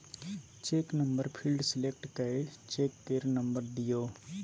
cheque number field select कए cheque केर number दियौ